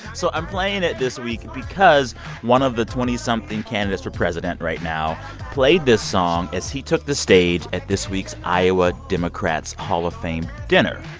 so i'm playing it this week because one of the twenty something candidates for president right now played this song as he took the stage at this week's iowa democrats hall of fame dinner.